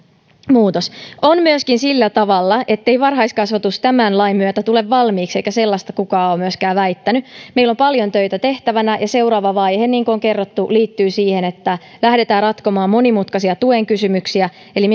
muutos on myöskin sillä tavalla ettei varhaiskasvatus tämän lain myötä tule valmiiksi eikä sellaista kukaan ole myöskään väittänyt meillä on paljon töitä tehtävänä ja seuraava vaihe niin kuin on kerrottu liittyy siihen että lähdetään ratkomaan monimutkaisia tuen kysymyksiä eli